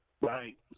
Right